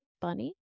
bunny